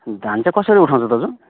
धान चाहिँ कसरी उठाउँछ दाजु